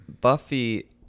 Buffy